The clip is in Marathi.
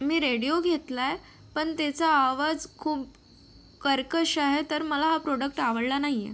मी रेडियो घेतला आहे पण त्याचा आवाज खूप कर्कश आहे तर मला हा प्रोडक्ट आवडला नाही आहे